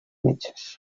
metges